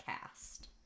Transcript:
cast